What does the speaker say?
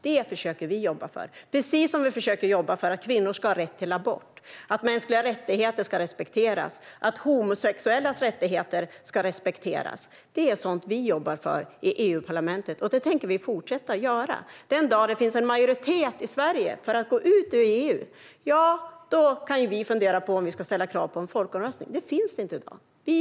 Det försöker vi jobba för, precis som vi försöker jobba för att kvinnor ska ha rätt till abort, att mänskliga rättigheter ska respekteras och att homosexuellas rättigheter ska respekteras. Det är sådant vi jobbar för i EU-parlamentet, och det tänker vi fortsätta att göra. Den dag det finns en majoritet i Sverige för att gå ut ur EU, ja, då kan vi fundera på om vi ska ställa krav på en folkomröstning. Men i dag finns det ingen sådan majoritet.